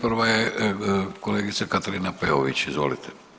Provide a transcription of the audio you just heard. Prva je kolegice Katarine Peović, izvolite.